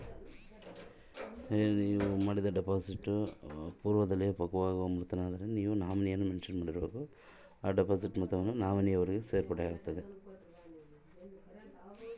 ಆಕಸ್ಮಿಕವಾಗಿ ನಾನು ಡಿಪಾಸಿಟ್ ಪಕ್ವವಾಗುವ ಪೂರ್ವದಲ್ಲಿಯೇ ಮೃತನಾದರೆ ಏನು ಮಾಡಬೇಕ್ರಿ?